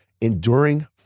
enduring